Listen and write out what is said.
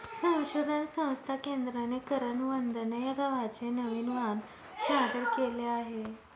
संशोधन संस्था केंद्राने करण वंदना या गव्हाचे नवीन वाण सादर केले आहे